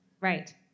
Right